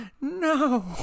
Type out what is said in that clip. no